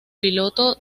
piloto